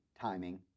timing